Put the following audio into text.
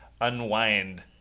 unwind